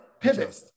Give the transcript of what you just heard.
pivot